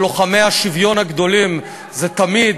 המבחן של לוחמי השוויון הגדולים זה תמיד